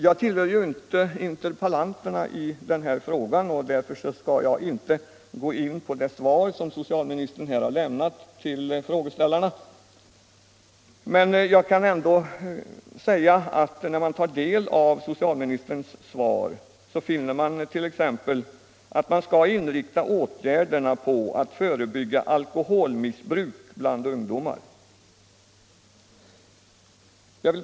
Jag tillhör ju inte interpellanterna i denna fråga, och därför skall jag inte närmare gå in på det svar som socialministern lämnat till frågeställarna. Men när man tar del av socialministerns svar finner man t.ex. att vi skall inrikta åtgärderna på att förebygga alkoholmissbruk bland ungdom.